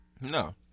No